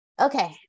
Okay